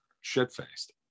shit-faced